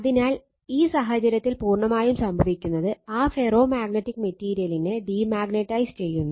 അതിനാൽ ഈ സാഹചര്യത്തിൽ പൂർണ്ണമായും സംഭവിക്കുന്നത് ആ ഫെറോ മാഗ്നറ്റിക് മെറ്റീരിയലിനെ ഡീമാഗ്നെറ്റൈസ് ചെയ്യുന്നു